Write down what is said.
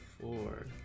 four